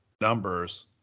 numbers